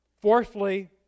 Fourthly